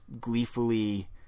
gleefully